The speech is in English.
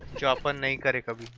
joplin me, but cover